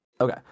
Okay